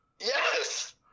Yes